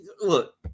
look